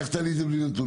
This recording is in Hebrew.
איך תעלי את זה בלי נתונים?